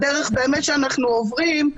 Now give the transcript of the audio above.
ברמות שאני אפילו לא יכולה להסביר אותן.